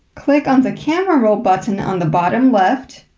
click on the camera roll button on the bottom left,